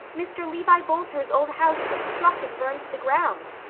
mr. levi boulter's old house was struck and burned to the ground.